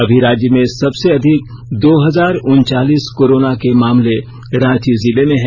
अभी राज्य में सबसे अधिक दो हजार उनचालीस कोरोना के मामले रांची जिले में हैं